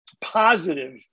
positive